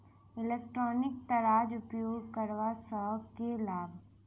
Electronic तराजू उपयोग करबा सऽ केँ लाभ?